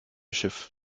schiff